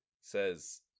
says